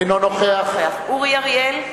אינו נוכח אורי אריאל,